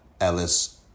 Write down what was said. Ellis